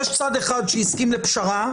יש צד אחד שהסכים לפשרה,